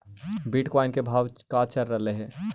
Bitcoin के का भाव चल रहलई हे?